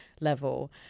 level